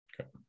okay